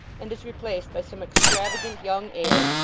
and is replaced by some extravagant young heir,